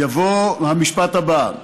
יבוא המשפט הבא: